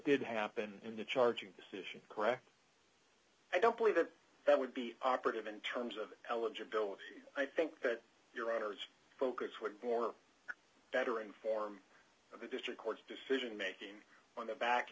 did happen in the charging decision correct i don't believe that that would be operative in terms of eligibility i think that your honour's focus would bore better inform of the district court's decision making on the back